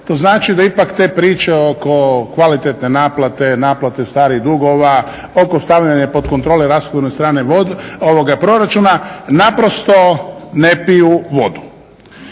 to znači da ipak te priče oko kvalitetne naplate, naplate starih dugova, oko stavljanje pod kontrolu rashodovne strane proračuna naprosto ne piju vodu.